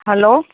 hello